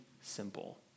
simple